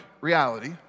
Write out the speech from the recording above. reality